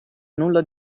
nulla